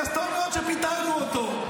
אז טוב מאוד שפיטרנו אותו.